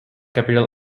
capital